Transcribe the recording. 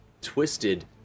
twisted